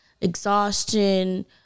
exhaustion